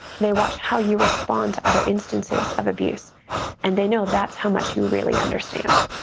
they watch how you respond to other instances of abuse and they know that's how much you really understand.